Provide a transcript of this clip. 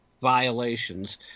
violations